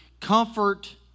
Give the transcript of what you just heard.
comfort